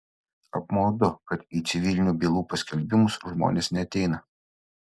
apmaudu kad į civilinių bylų paskelbimus žmonės neateina